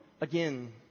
again